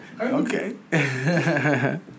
Okay